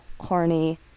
horny